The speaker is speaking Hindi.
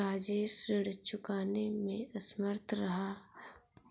राजेश ऋण चुकाने में असमर्थ रहा